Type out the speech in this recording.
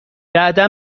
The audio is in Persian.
بعدا